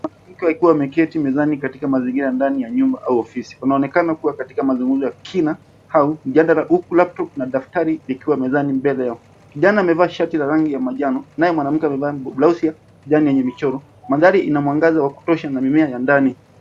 Mwanamke akiwa ameketi mezani katika mazingira ndani ya nyumba au ofisi. Anaonekana kuwa katika mazungumzo ya kina au kina mjadala huku laptop na daftari vikiwa mezani yao. Kijani amevaa shati la rangi ya manjano naye mwanamke amevaa blauzi yenye michoro. Mandhari ina mwangaza wa kutosha na mimea ya ndani.